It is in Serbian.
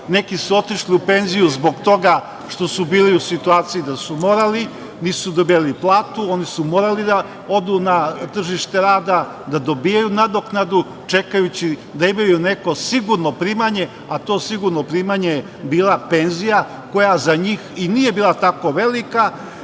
neki su otišli u penziju zbog toga što su bili u situaciji da su morali, nisu dobijali platu, morali su da odu na tržište rada, da dobijaju nadoknadu, čekajući, da imaju neko sigurno primanje a to sigurno primanje je bila penzija, koja za njih i nije bila tako velika